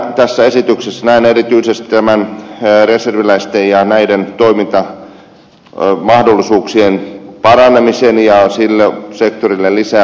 hyvänä tässä esityksessä näen erityisesti reserviläisten ja näiden tahojen toimintamahdollisuuksien paranemisen ja sen että sille sektorille annetaan lisää rahaa